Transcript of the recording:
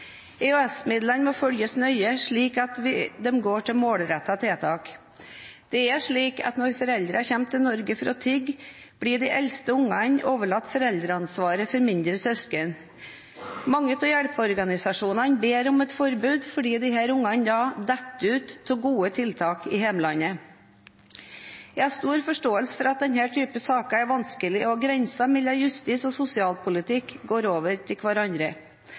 EØS-midlene må følges nøye, slik at de går til målrettede tiltak. Det er slik at når foreldrene kommer til Norge for å tigge, blir de eldste ungene overlatt foreldreansvaret for mindre søsken. Mange av hjelpeorganisasjonene ber om et forbud fordi disse ungene da faller ut av gode tiltak i hjemlandet. Jeg har stor forståelse for at denne typen saker er vanskelig, og grensen mellom justis- og sosialpolitikk går over i hverandre.